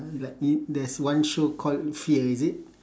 like it there's one show called fear is it